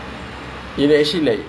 ya meaningless right